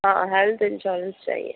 हाँ health insurance चाहिए